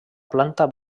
planta